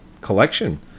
collection